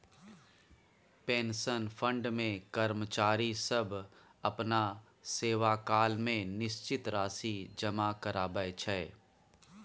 pension fund मे कर्मचारी सब अपना सेवाकाल मे निश्चित राशि जमा कराबै छै